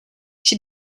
she